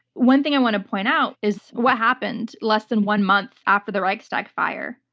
one thing i want to point out is what happened less than one month after the reichstag fire,